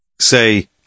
Say